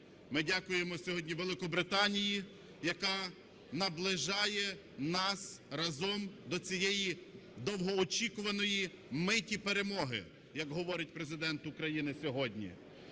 Ми дякуємо сьогодні Великобританії, яка наближає нас разом до цієї довгоочікуваної миті перемоги, як говорить Президент України сьогодні.